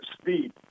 speed